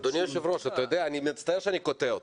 אדוני היושב-ראש, אני מצטער שאני קוטע אותך.